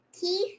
Keith